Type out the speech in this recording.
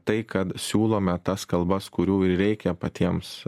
tai kad siūlome tas kalbas kurių ir reikia patiems